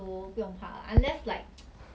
我觉得很热 like you keep like